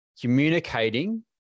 communicating